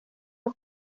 los